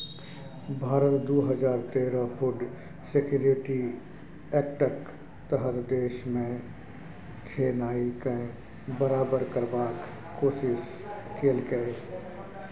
भारत दु हजार तेरहक फुड सिक्योरिटी एक्टक तहत देशमे खेनाइ केँ बराबर करबाक कोशिश केलकै